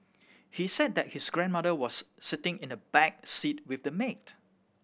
he said that his grandmother was sitting in the back seat with the maid